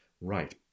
right